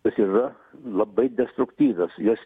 jos yra labai destruktyvios jos